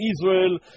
Israel